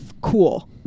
Cool